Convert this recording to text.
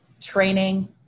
training